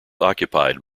occupied